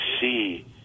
see